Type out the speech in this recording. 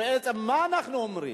בעצם מה אנחנו אומרים?